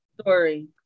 story